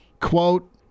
Quote